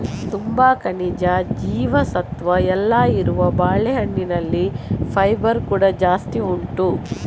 ತುಂಬಾ ಖನಿಜ, ಜೀವಸತ್ವ ಎಲ್ಲ ಇರುವ ಬಾಳೆಹಣ್ಣಿನಲ್ಲಿ ಫೈಬರ್ ಕೂಡಾ ಜಾಸ್ತಿ ಉಂಟು